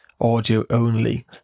audio-only